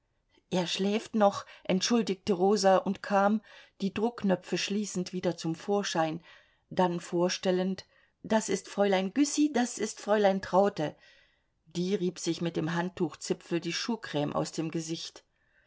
er schläft noch entschuldigte rosa und kam die druckknöpfe schließend wieder zum vorschein dann vorstellend das ist fräulein güssy das ist fräulein traute die rieb sich mit dem handtuchzipfel die schuhcrme aus dem gesicht